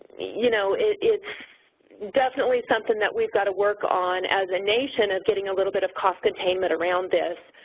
you know it's it's definitely something that we've got to work on as a nation that's getting a little bit of cost containment around this.